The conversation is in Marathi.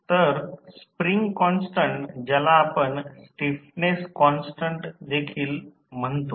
तर स्प्रिंग कॉन्स्टन्ट ज्याला आपण स्टिफनेस कॉन्स्टन्ट म्हणून देखील म्हणतो